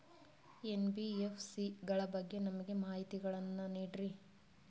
NBFC ಗಳ ಬಗ್ಗೆ ನಮಗೆ ಮಾಹಿತಿಗಳನ್ನ ನೀಡ್ರಿ?